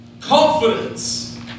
Confidence